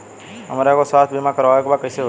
हमरा एगो स्वास्थ्य बीमा करवाए के बा कइसे होई?